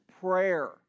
prayer